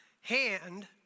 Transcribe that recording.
hand